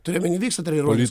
turi omeny vyksta treniruotės